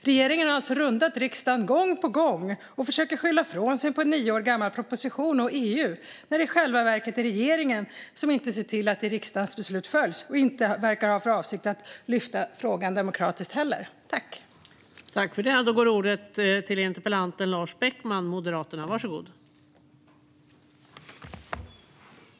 Regeringen har alltså rundat riksdagen gång på gång och försökt att skylla ifrån sig på en nio år gammal proposition och EU när det i själva verket är regeringen som inte ser till att riksdagens beslut följs och inte verkar ha för avsikt att lyfta upp frågan i demokratiska former heller.